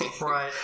Right